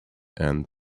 and